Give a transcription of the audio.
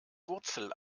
wurzel